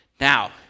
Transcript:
now